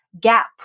gap